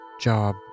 job